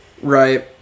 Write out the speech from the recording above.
Right